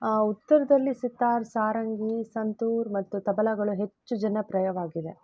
ಉತ್ತರದಲ್ಲಿ ಸಿತಾರ್ ಸಾರಂಗಿ ಸಂತೂರ್ ಮತ್ತು ತಬಲಗಳು ಹೆಚ್ಚು ಜನಪ್ರಿಯವಾಗಿದೆ